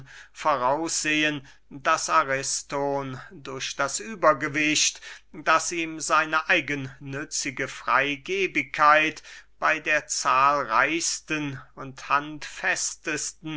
voraussehen daß ariston durch das übergewicht das ihm seine eigennützige freygebigkeit bey der zahlreichsten und